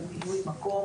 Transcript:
במילוי מקום.